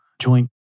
joint